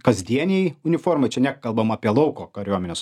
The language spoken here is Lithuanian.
kasdienėj uniformoj čia nekalbam apie lauko kariuomenės